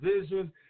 vision